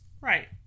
Right